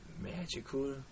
Magical